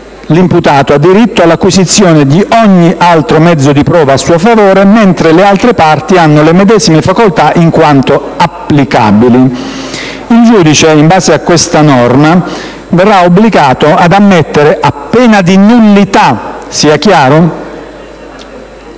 l'imputato ha diritto all'acquisizione "di ogni altro mezzo di prova a suo favore" mentre le altre parti "hanno le medesime facoltà in quanto applicabili». Il giudice, in base a questa norma, verrà obbligato ad ammettere - a pena di nullità, sia chiaro